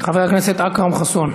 חבר הכנסת אכרם חסון.